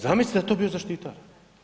Zamislite da je to bio zaštitar.